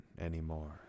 anymore